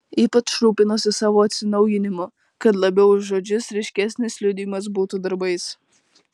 ypač rūpinosi savo atsinaujinimu kad labiau už žodžius ryškesnis liudijimas būtų darbais